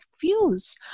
views